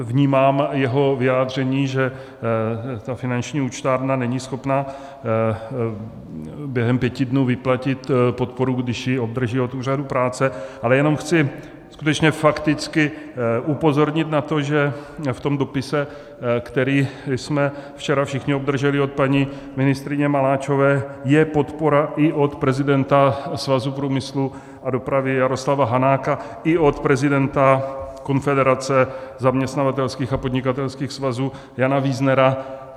Vnímám jeho vyjádření, že finanční účtárna není schopna během pěti dnů vyplatit podporu, když ji obdrží od úřadu práce, ale jenom chci skutečně fakticky upozornit na to, že v dopise, který jsme včera všichni obdrželi od paní ministryně Maláčové, je podpora i od prezidenta Svazu průmyslu a dopravy Jaroslava Hanáka, i od prezidenta Konfederace zaměstnavatelských a podnikatelských svazů Jana Víznera.